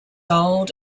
old